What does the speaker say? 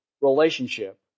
relationship